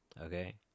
Okay